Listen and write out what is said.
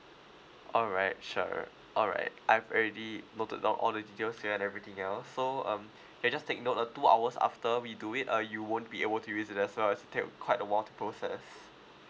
alright sure alright I've already noted down all the details here and everything else so um okay just take note uh two hours after we do it uh you won't be able to use it as well as it take quite a while to process